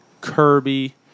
Kirby